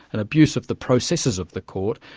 an abuse of the processes of the court,